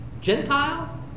Gentile